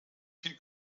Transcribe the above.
viel